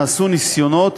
נעשו ניסיונות